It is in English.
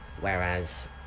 Whereas